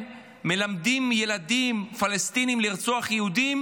מלמדים ילדים פלסטינים לרצוח יהודים,